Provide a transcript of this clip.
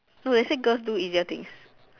no they said girls do easier things